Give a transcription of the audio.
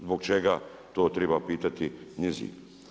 Zbog čega, to treba pitati njih.